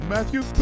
Matthew